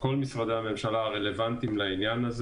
כל משרדי הממשלה הרלוונטיים לעניין.